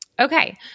Okay